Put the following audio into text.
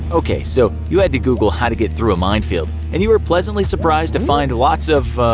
okay, so you had to google how to get through a minefield and you were pleasantly surprised to find lots of,